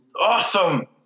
Awesome